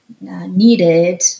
needed